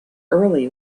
early